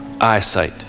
eyesight